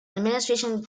administration